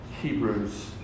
Hebrews